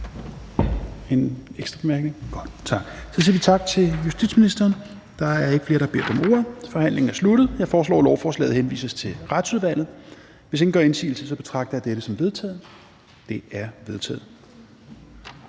en ekstra bemærkning? Nej. Så siger vi tak til justitsministeren. Der er ikke flere, der har bedt om ordet. Forhandlingen er sluttet. Jeg foreslår, at lovforslaget henvises til Retsudvalget. Hvis ingen gør indsigelse, betragter jeg dette som vedtaget. Det er vedtaget.